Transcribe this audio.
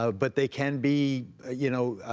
but they can be. you know.